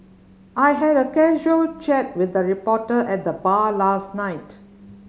I had a casual chat with a reporter at the bar last night